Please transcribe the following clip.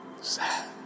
sad